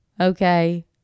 Okay